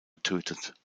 getötet